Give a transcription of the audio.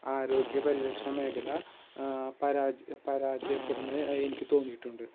അരോഗ്യ പരിരക്ഷാമേഖല പരാച പരാചയപ്പെടുന്നതായി എനിക്ക് തോന്നിയിട്ടുണ്ട്